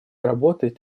работает